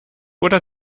oder